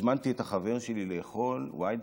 הזמנתי את החבר שלי לאכול, y דולרים,